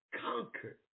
conquered